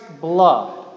blood